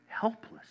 helpless